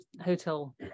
hotel